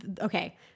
Okay